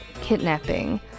kidnapping